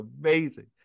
amazing